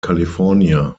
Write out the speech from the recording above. california